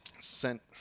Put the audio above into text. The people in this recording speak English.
Sent